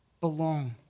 belong